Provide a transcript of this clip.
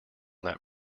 that